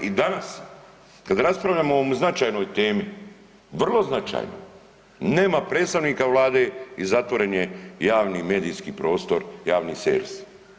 I danas kad raspravljamo o ovoj značajnoj temi, vrlo značajnoj nema predstavnika Vlade i zatvoren je javni i medijski prostor, javni servis.